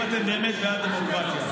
אם אתם באמת בעד דמוקרטיה.